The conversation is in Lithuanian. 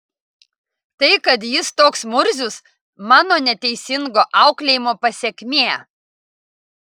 tai kad jis toks murzius mano neteisingo auklėjimo pasekmė